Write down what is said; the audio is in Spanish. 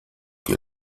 que